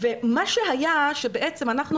ומה שהיה זה שבעצם אנחנו,